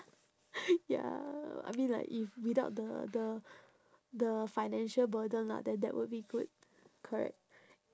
ya I mean like if without the the the financial burden lah then that would be good correct